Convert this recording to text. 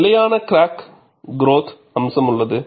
நிலையான crack growth அம்சம் உள்ளது